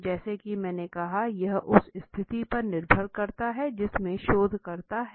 जैसा कि मैंने कहा यह उस स्थिति पर निर्भर करता है जिसमे शोधकर्ता है